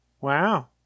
Wow